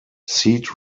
seat